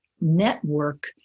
network